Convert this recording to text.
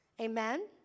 Amen